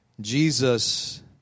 Jesus